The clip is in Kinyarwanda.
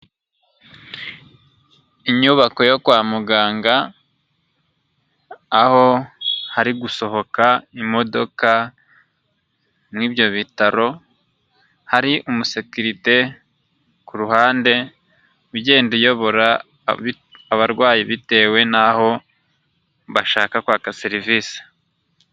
Inyubako yo kwa muganga aho hari gusohoka imodoka mu ibyo bitaro hari umusekirite ku ruhande ugenda ubora abarwayi bitewe n'aho bashaka kwaka serivisi.